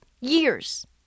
years